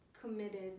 committed